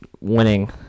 winning